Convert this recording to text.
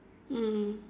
mm